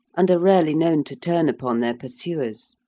and are rarely known to turn upon their pursuers.